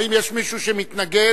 האם יש מישהו שמתנגד?